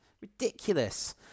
Ridiculous